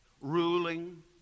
ruling